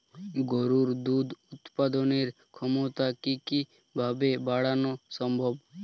গরুর দুধ উৎপাদনের ক্ষমতা কি কি ভাবে বাড়ানো সম্ভব?